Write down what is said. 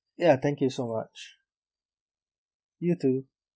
ya thank you so much you too